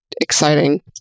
exciting